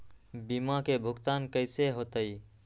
बीमा के भुगतान कैसे होतइ?